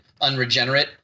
unregenerate